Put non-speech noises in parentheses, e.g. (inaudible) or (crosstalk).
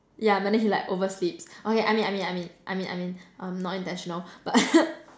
yeah but then he like oversleeps okay I mean I mean I mean I mean I mean um not intentional but (laughs)